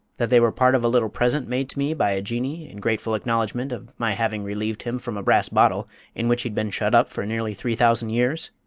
that they were part of a little present made to me by a jinnee in grateful acknowledgment of my having relieved him from a brass bottle in which he'd been shut up for nearly three thousand years?